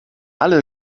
alle